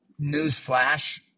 newsflash